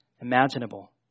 imaginable